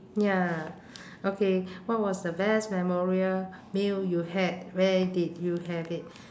ya okay what was the best memorial meal you had where did you have it